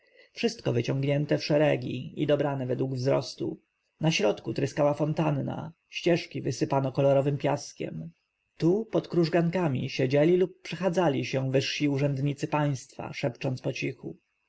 wszystko wyciągnięte w szeregi i dobrane według wzrostu na środku tryskała fontanna ścieżki wysypano kolorowym piaskiem tu pod krużgankami siedzieli lub przechadzali się wyżsi urzędnicy państwa szepcząc pocichu